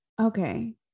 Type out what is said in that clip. Okay